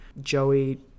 Joey